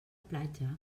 platja